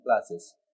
classes